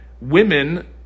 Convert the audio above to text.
Women